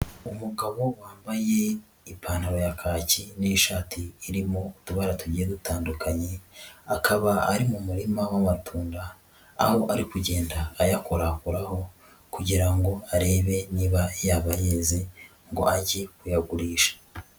Umugabo wambaye ipantaro ya kaki n'ishati irimo utubara tugiye dutandukanye, akaba ari mu murima w'amatunda, aho ari kugenda ayakorakoraho kugira ngo arebe niba yaba yeze ngo ajye kuyagurisha.